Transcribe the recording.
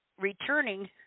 returning